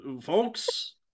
folks